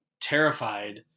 terrified